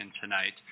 tonight